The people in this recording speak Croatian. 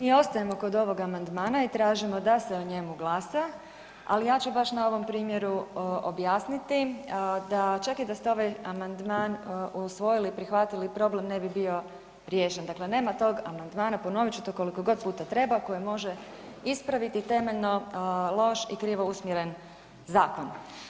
Mi ostajemo kod ovog amandmana, tražimo da se o njemu glasa ali ja ću baš na ovom primjeru objasniti da čak i da ste amandman usvojili i prihvatili, problem ne bi bio riješen, dakle ne ma tog amandmana, ponovit ću to koliko god puta treba, koji može ispraviti temeljno loš i krivo usmjeren zakon.